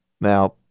Now